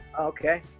Okay